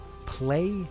play